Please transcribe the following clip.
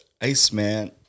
Iceman